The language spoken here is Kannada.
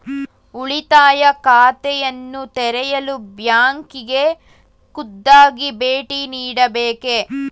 ಉಳಿತಾಯ ಖಾತೆಯನ್ನು ತೆರೆಯಲು ಬ್ಯಾಂಕಿಗೆ ಖುದ್ದಾಗಿ ಭೇಟಿ ನೀಡಬೇಕೇ?